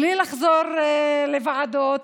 בלי לחזור לוועדות,